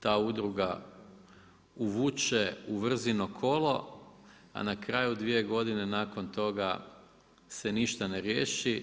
Ta udruga uvuče u vrzino kolo, a na kraju dvije godine nakon toga se ništa ne riješi.